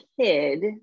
kid